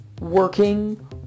working